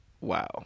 wow